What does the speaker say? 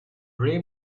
ray